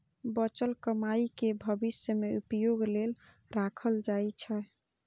बचल कमाइ कें भविष्य मे उपयोग लेल राखल जाइ छै